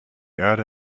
erde